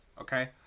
Okay